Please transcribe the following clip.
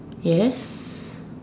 yes